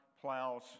plows